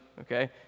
Okay